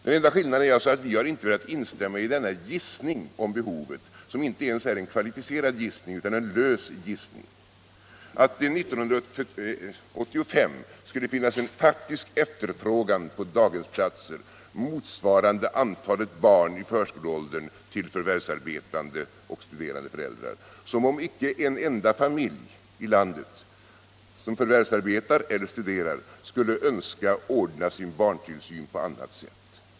Den enda skillnaden är alltså att vi inte har velat instämma i denna gissning om behovet, som inte ens är en kvalificerad gissning utan en lös gissning, att det 1985 skulle finnas en faktisk efterfrågan på daghemsplatser motsvarande antalet barn i förskoleåldern till förvärvsarbetande och studerande föräldrar. Som om inte en enda familj i landet som förvärvsarbetar eller studerar skulle önska ordna sin barntillsyn på annat sätt!